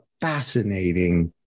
fascinating